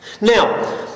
Now